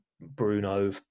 Bruno